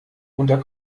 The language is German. unter